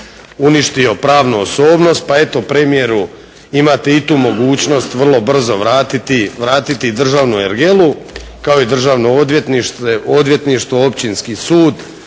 uništio pravnu osobnost pa eto premijeru imate i tu mogućnost vrlo brzo vratiti državnu ergelu kao i državno odvjetništvo, općinski sud,